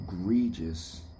egregious